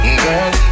girl